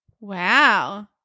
Wow